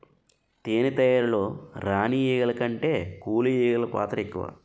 తేనె తయారీలో రాణి ఈగల కంటే కూలి ఈగలు పాత్ర ఎక్కువ